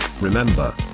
Remember